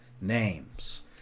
Names